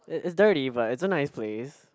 it is there already but it's a nice place